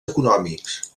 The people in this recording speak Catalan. econòmics